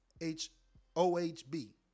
H-O-H-B